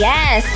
Yes